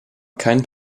keinen